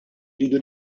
rridu